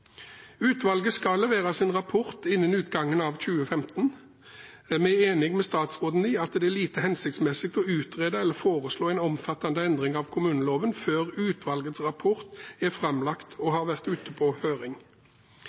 Utvalget skal levere sin rapport innen utgangen av 2015. Vi er enig med statsråden i at det er lite hensiktsmessig å utrede eller foreslå en omfattende endring av kommuneloven før utvalgets rapport er framlagt og har vært ute på høring.